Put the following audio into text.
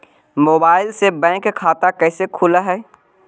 Mobile से bank खाता कैसे खुल है?